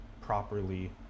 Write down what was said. properly